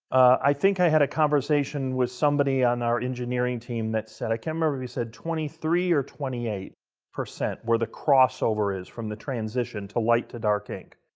i think i had a conversation with somebody on our engineering team that said, i can't remember if he said twenty three or twenty eight percent, where the crossover is, from the transition to light to dark ink.